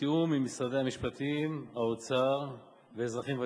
בתיאום עם משרדי המשפטים, האוצר ואזרחים ותיקים.